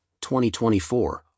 2024